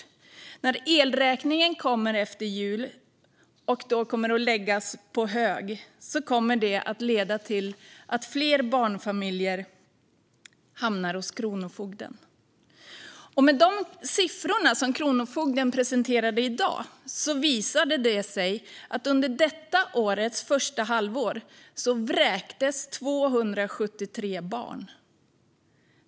När elräkningarna kommer efter jul och läggs på hög kommer det att leda till att fler barnfamiljer hamnar hos kronofogden. Siffror som kronofogden presenterade i dag visar att det under detta års första halvår vräktes 273 barn.